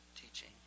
teaching